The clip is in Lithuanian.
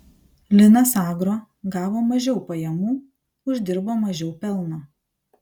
linas agro gavo mažiau pajamų uždirbo mažiau pelno